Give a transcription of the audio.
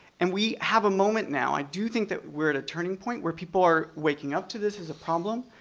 and we have a moment, now, i do think we're at a turning point where people are waking up to this as a problem.